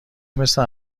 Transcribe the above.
مثل